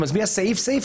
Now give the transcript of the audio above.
כשאתה מצביע על סעיף סעיף,